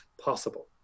possible